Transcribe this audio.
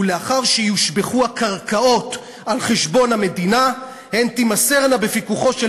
ולאחר שיושבחו הקרקעות על חשבון המדינה הן תימסרנה בפיקוחו של